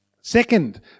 Second